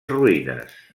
ruïnes